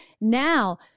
Now